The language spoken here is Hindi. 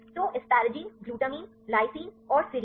तो एस्परजिने ग्लूटामाइन लाइसिन और सेरीन